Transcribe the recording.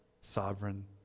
sovereign